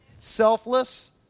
selfless